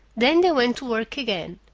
then they went to work again.